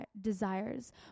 desires